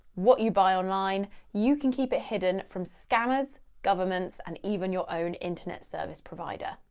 what you buy online, you can keep it hidden from scammers, governments, and even your own internet service provider.